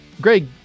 Greg